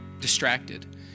distracted